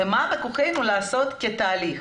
ומה בכוחנו לעשות בתהליך.